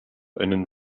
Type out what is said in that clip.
einen